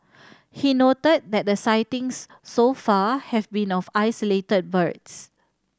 he noted that the sightings so far have been of isolated birds